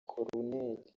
koruneri